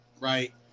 right